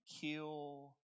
kill